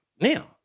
Now